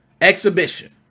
Exhibition